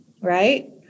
right